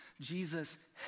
Jesus